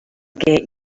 get